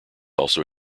also